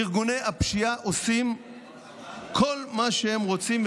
ארגוני הפשיעה עושים כל מה שהם רוצים,